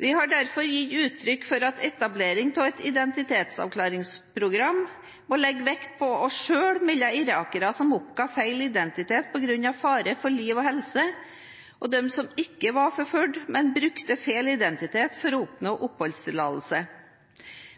Vi har derfor gitt uttrykk for at etablering av et identitetsavklaringsprogram må legge vekt på å skille mellom irakere som oppga feil identitet på grunn av fare for liv og helse, og dem som ikke var forfulgt, men brukte feil identitet for å oppnå oppholdstillatelse.